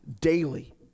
daily